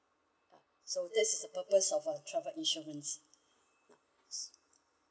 ya so this is the purpose of a travel insurance